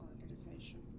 organization